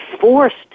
forced